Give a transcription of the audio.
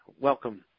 Welcome